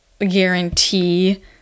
guarantee